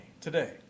today